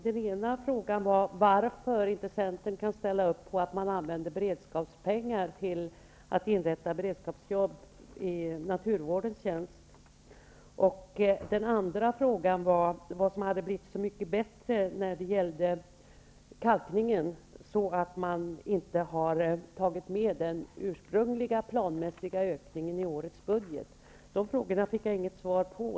Den ena frågan gällde varför centern inte kan ställa upp på att man använder beredskapspengar till att inrätta beredskapsarbeten i naturvårdens tjänst. Den andra frågan gällde vad som har blivit så mycket bättre när det gäller kalkningen, att man inte har tagit med den ursprungliga, planmässiga ökningen i årets budget. De frågorna fick jag inget svar på.